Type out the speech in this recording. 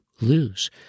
lose